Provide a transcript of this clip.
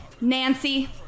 Nancy